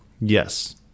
Yes